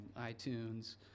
iTunes